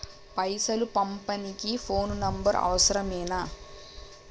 పైసలు పంపనీకి phone number అవసరమేనా?